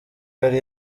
yari